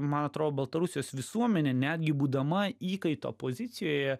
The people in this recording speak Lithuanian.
man atrodo baltarusijos visuomenė netgi būdama įkaito pozicijoje